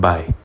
Bye